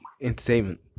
entertainment